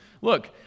look